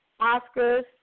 Oscars